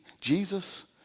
Jesus